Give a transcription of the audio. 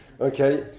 Okay